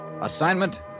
Assignment